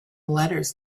letters